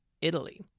Italy